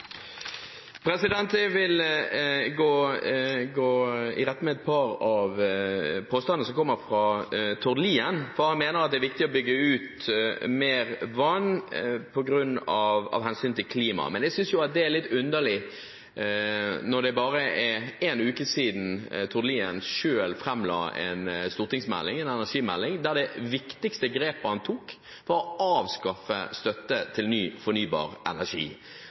Jeg vil gå i rette med et par av påstandene som kom fra Tord Lien. Han mener at det er viktig å bygge ut mer vann av hensyn til klimaet. Jeg synes det er litt underlig når det bare er en uke siden Tord Lien selv la fram en stortingsmelding – en energimelding – der det viktigste grepet han tok, var å avskaffe støtte til ny fornybar energi.